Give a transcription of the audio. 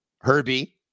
Herbie